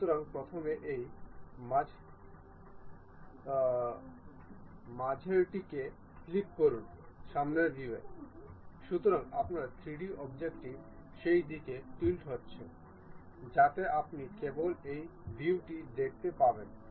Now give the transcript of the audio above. সুতরাং এখন এই কব্জা মেট সম্পূর্ণ এবং আমরা কোণ সীমা জন্য চেক করতে পারেন